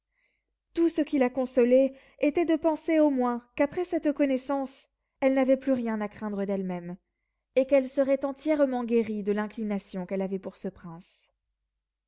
tout ce qui la consolait était de penser au moins qu'après cette connaissance elle n'avait plus rien à craindre d'elle-même et qu'elle serait entièrement guérie de l'inclination qu'elle avait pour ce prince